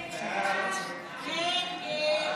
הסתייגות 55 לא